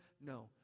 No